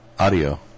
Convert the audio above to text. audio